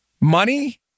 Money